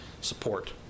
support